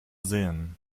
sehen